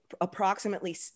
approximately